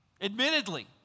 admittedly